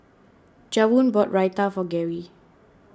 Javon bought Raita for Gary